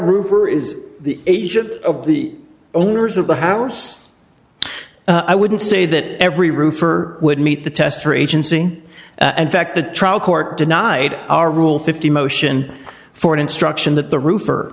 roof or is the agent of the owners of the house i wouldn't say that every roofer would meet the test or agency and fact the trial court denied our rule fifty motion for an instruction that the roof